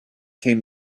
came